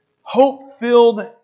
hope-filled